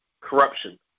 corruption